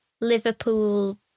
liverpool